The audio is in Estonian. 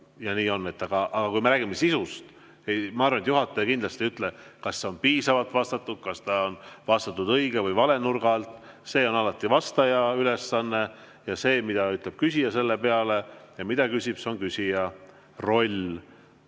Aga kui me räägime sisust, siis ma arvan, et juhataja kindlasti ei ütle, kas on piisavalt vastatud, kas on vastatud õige või vale nurga alt. See on alati vastaja ülesanne ja see, mida ütleb küsija selle peale ja mida küsib, on küsija roll